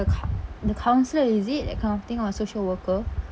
cou~ the council is it that kind of thing or social worker